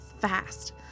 fast